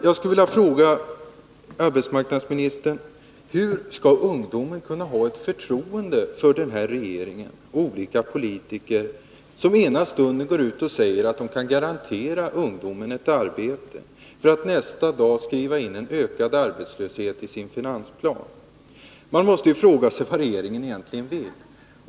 Jag skulle vilja fråga arbetsmarknadsministern: Hur skall ungdomen kunna ha förtroende för den här regeringen när politiker ena stunden säger att de kan garantera ungdomen ett arbete för att nästa dag skriva in en ökad arbetslöshet i sin finansplan? Man måste ju fråga sig vad regeringen egentligen vill.